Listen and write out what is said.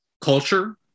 culture